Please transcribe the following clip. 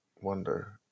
wonder